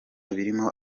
birimo